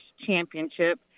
championship